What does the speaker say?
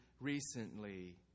recently